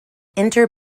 inter